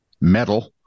metal